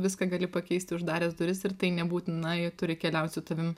viską gali pakeisti uždaręs duris ir tai nebūtinai turi keliaut su tavim